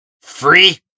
Free